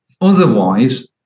Otherwise